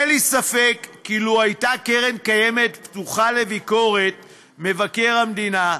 אין לי ספק כי לו הייתה קרן קיימת פתוחה לביקורת מבקר המדינה,